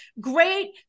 great